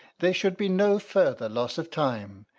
there should be no further loss of time,